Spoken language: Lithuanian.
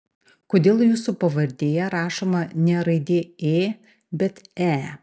kodėl jūsų pavardėje rašoma ne raidė ė bet e